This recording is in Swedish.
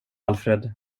alfred